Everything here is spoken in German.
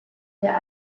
der